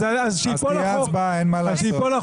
אז שייפול החוק.